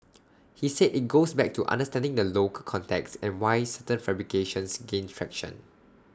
he said IT goes back to understanding the local context and why certain fabrications gain traction